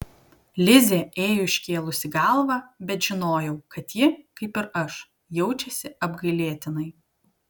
lizė ėjo iškėlusi galvą bet žinojau kad ji kaip ir aš jaučiasi apgailėtinai